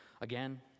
Again